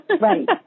Right